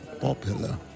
popular